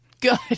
Good